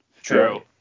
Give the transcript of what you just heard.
True